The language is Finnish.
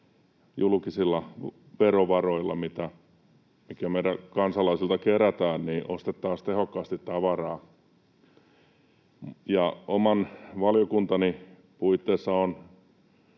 julkisilla verovaroilla, mitkä meidän kansalaisilta kerätään, ostettaisiin tehokkaasti tavaraa. Oman valiokuntani puitteissa olen